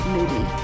Moody